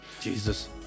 Jesus